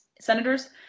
senators